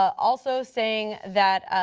also saying that,